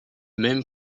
même